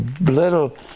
little